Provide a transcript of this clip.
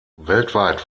weltweit